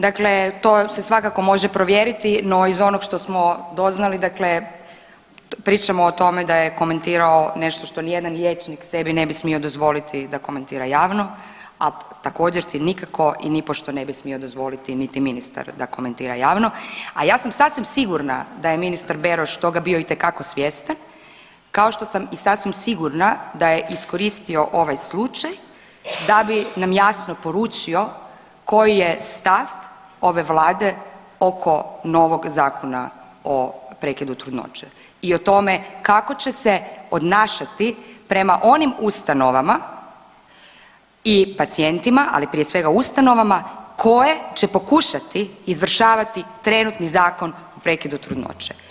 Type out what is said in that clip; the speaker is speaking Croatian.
Dakle, to se svakako može provjeriti, no iz onog što smo doznali, dakle, pričamo o tome da je komentirao nešto što nijedan liječnik sebi ne bi smio dozvoliti da komentira javno, a također, se nikako i nipošto ne bi smio dozvoliti ni ministar da komentira javno, a ja sam sasvim sigurna da je ministar Beroš toga bio itekako svjestan, kao što sam i sasvim sigurna da je iskoristio ovaj slučaj da bi nam jasno poručio koji je stav ove Vlade oko novog zakona o prekidu trudnoće i o tome kako će se obnašati prema onim ustanovama i pacijentima, ali prije svega, ustanovama, koje će pokušati izvršavati trenutni Zakon o prekidu trudnoće.